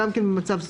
שגם הוא במצב סיעודי.